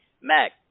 Mac